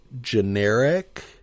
generic